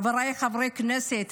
חבריי חברי הכנסת,